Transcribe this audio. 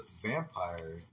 Vampire